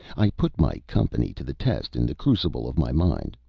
i put my company to the test in the crucible of my mind.